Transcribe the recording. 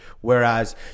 Whereas